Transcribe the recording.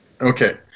Okay